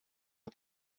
het